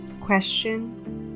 question